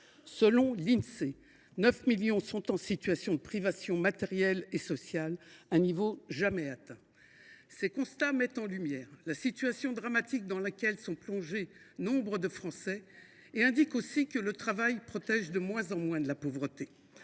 de nos concitoyens sont en situation de privation matérielle et sociale – il s’agit là d’un niveau jamais atteint. Ces constats mettent en lumière la situation dramatique dans laquelle sont plongés nombre de Français. Ils démontrent aussi que le travail protège de moins en moins de la pauvreté,